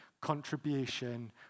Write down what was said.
contribution